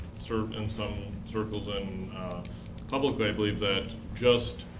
sort of in some circles and publicly i believe that just,